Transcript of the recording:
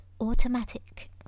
automatic